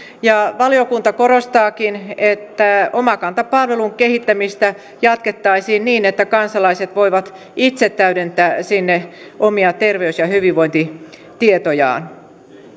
valiokunta korostaakin että omakanta palvelun kehittämistä jatkettaisiin niin että kansalaiset voivat itse täydentää sinne omia terveys ja hyvinvointitietojaan